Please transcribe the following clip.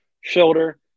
shoulder